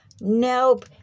Nope